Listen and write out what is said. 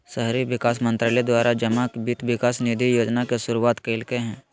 शहरी विकास मंत्रालय द्वारा जमा वित्त विकास निधि योजना के शुरुआत कल्कैय हइ